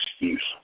excuse